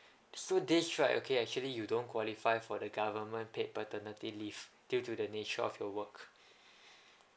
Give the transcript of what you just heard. so this right okay actually you don't qualify for the government paid paternity leave due to the nature of your work